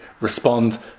respond